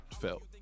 felt